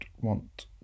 want